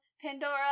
Pandora